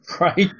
Right